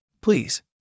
Please